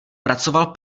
pracoval